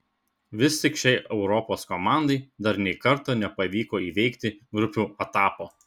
vis tik šiai europos komandai dar nė karto nepavyko įveikti grupių etapo